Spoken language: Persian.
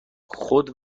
خود